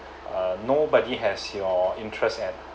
uh nobody has your interest at